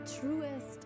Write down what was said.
truest